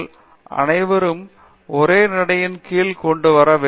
நிர்மலா அவர்கள் அனைவரையும் ஓரே நடையின் கீழ் கொண்டு வர வேண்டும்